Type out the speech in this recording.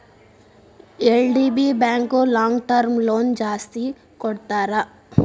LDB bank long term loan ಜಾಸ್ತಿ ಕೊಡ್ತಾರ